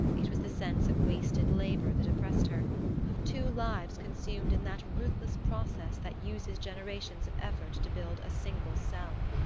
it was the sense of wasted labor that oppressed her of two lives consumed in that ruthless process that uses generations of effort to build a single cell.